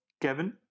kevin